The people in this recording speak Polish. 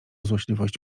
złośliwość